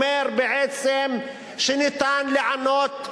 אומר בעצם שניתן לענות,